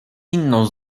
inną